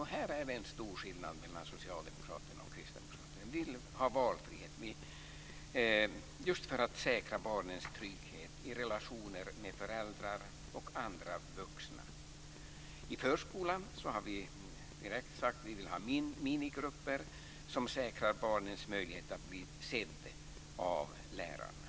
Här är det en stor skillnad mellan Socialdemokraterna och Kristdemokraterna. Vi vill ha valfrihet just för att säkra barnens trygghet i relationer med föräldrar och andra vuxna. I förskolan har vi sagt att vi vill ha minigrupper som säkrar barnens möjlighet att bli sedda av lärarna.